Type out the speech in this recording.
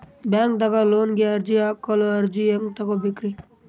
ಬ್ಯಾಂಕ್ದಾಗ ಲೋನ್ ಗೆ ಅರ್ಜಿ ಹಾಕಲು ಅರ್ಜಿ ಹೆಂಗ್ ತಗೊಬೇಕ್ರಿ?